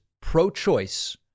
pro-choice